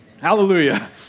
Hallelujah